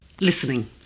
listening